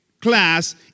class